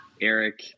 Eric –